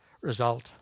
result